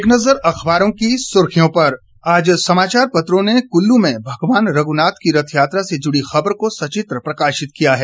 एक नज़र अखबारों की सुर्खियों पर आज समाचार पत्रों ने कुल्लू में भगवान रघुनाथ की रथयात्रा से जुड़ी खबर को सचित्र प्रकाशित किया है